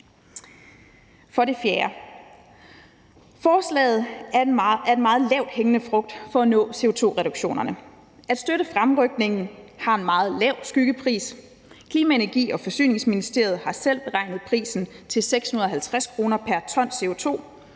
For det fjerde: Forslaget er en meget lavthængende frugt for at nå CO2-reduktionerne. At støtte fremrykningen har en meget lav skyggepris. Klima-, Energi- og Forsyningsministeriet har selv beregnet prisen til 650 kr. pr. ton CO2.